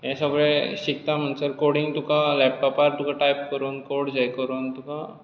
हें सगळें शिकता म्हणसर कोडिंग तुका लॅपटोपार तुका टायप करून कोड सेट करून तुका